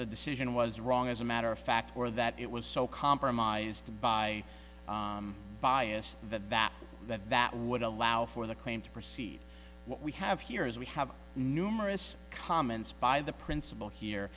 the decision was wrong as a matter of fact or that it was so compromised by bias that that that that would allow for the claim to proceed what we have here is we have numerous comments by the principal here